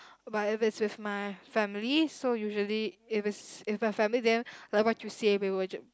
but if it's with my family so usually if is if a family then like what you say we will j~